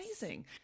Amazing